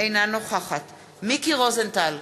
אינה נוכחת מיקי רוזנטל,